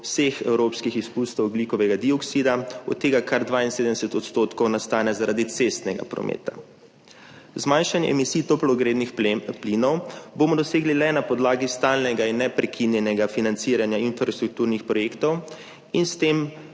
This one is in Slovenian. vseh evropskih izpustov ogljikovega dioksida, od tega kar 72 % odstotkov nastane zaradi cestnega prometa. Zmanjšanje emisij toplogrednih plinov bomo dosegli le na podlagi stalnega in neprekinjenega financiranja infrastrukturnih projektov in s tem